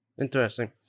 interesting